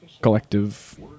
collective